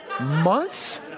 months